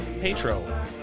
Petro